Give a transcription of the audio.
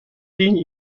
ligne